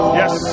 yes